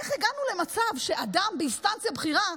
ואיך הגענו למצב שאדם באינסטנציה בכירה,